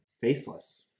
faceless